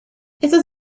estos